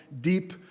deep